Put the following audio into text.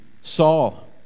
Saul